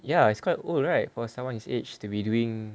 ya it's quite old right for someone his age to be doing